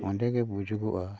ᱚᱸᱰᱮ ᱜᱮ ᱵᱩᱡᱩᱜᱚᱜᱼᱟ